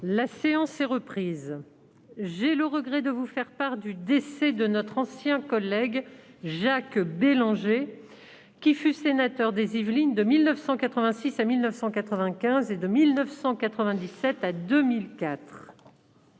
La séance est reprise. J'ai le regret de vous faire part du décès de notre ancien collègue Jacques Bellanger, qui fut sénateur des Yvelines de 1986 à 1995 et de 1997 à 2004.